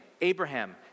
Abraham